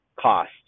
cost